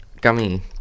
gummy